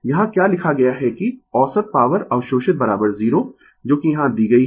यहाँ क्या लिखा गया है कि औसत पॉवर अवशोषित 0 जो कि यहाँ दी गई है